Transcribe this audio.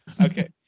okay